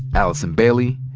allison bailey,